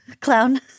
clown